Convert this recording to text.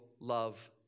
love